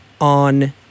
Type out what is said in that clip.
on